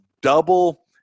double